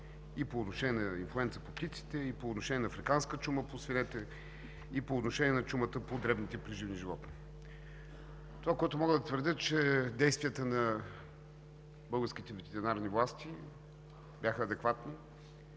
и по отношение на инфлуенца по птиците, и по отношение на африканска чума по свинете, и по отношение на чумата по дребните преживни животни. Това, което мога да твърдя, е, че действията на българските ветеринарни власти бяха адекватни